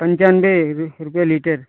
पंचानबे रुपये लीटर